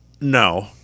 No